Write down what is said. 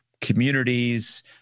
communities